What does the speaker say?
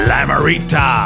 Lamarita